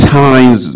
times